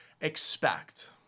expect